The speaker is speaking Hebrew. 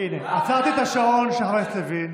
הינה, עצרתי את השעון של חבר הכנסת לוין.